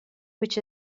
which